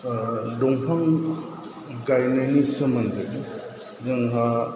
दंफां गायनायनि सोमोन्दै जोंहा